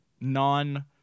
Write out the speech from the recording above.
non